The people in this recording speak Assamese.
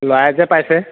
ল'ৰাই যে পাইছে